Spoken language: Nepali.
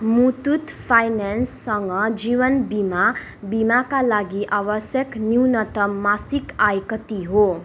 मुतुत फाइनेन्ससँग जीवन बिमा बिमाका लागि आवश्यक न्यूनतम मासिक आय कति हो